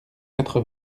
quatre